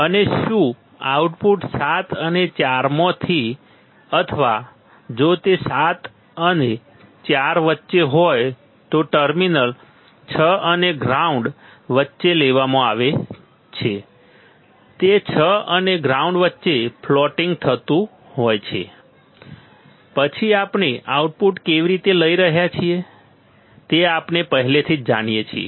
અને શું આઉટપુટ 7 અને 4 માંથી અથવા જો તે 7 અને 4 વચ્ચે હોય તો ટર્મિનલ 6 અને ગ્રાઉન્ડ વચ્ચે લેવામાં આવે છે તે 6 અને ગ્રાઉન્ડ વચ્ચે ફ્લોટિંગ થતું હોય છે પછી આપણે આઉટપુટ કેવી રીતે લઈ રહ્યા છીએ તે આપણે પહેલાથી જ જાણીએ છીએ